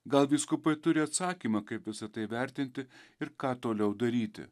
gal vyskupai turi atsakymą kaip visa tai vertinti ir ką toliau daryti